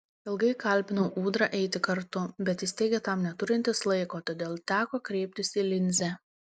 ilgai kalbinau ūdrą eiti kartu bet jis teigė tam neturintis laiko todėl teko kreiptis į linzę